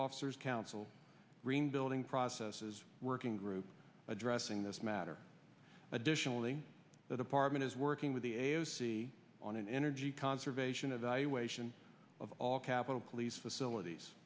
officer council green building process is working group addressing this matter additionally the department is working with the a o c on an energy conservation evaluation of all capital police facilities